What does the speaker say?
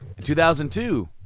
2002